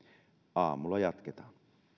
aamulla jatketaan